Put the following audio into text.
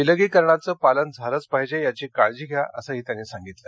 विलगीकरणाचं पालन झालंच पाहिजे याची काळजी घ्या असंही त्यांनी सांगितलं